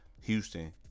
Houston